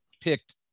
picked